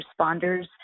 responders